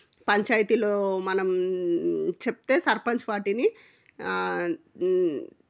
పంచాయతీలో మనం చెప్తే సర్పంచ్ వాటిని